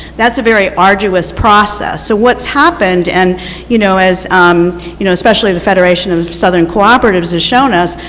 that is a very arduous process. so what's happened, and you know as um you know especially the federation of southern cooperatives has shown us,